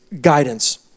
guidance